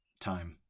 time